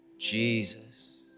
jesus